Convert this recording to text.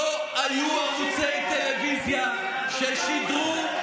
לא היו ערוצי טלוויזיה ששידרו,